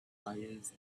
fires